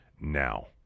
now